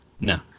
no